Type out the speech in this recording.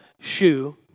shoe